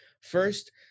first